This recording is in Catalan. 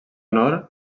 nord